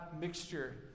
mixture